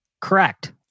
Correct